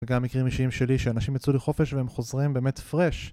וגם מקרים אישיים שלי שאנשים יצאו לחופש והם חוזרים באמת fresh